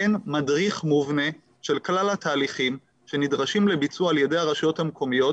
אין מדריך מובנה של כלל התהליכים שנדרשים לביצוע על ידי הרשויות המקומיות